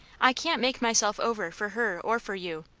i can't make myself over for her or for you.